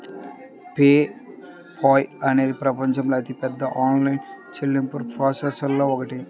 pay Paul అనేది ప్రపంచంలోని అతిపెద్ద ఆన్లైన్ చెల్లింపు ప్రాసెసర్లలో ఒకటి